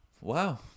wow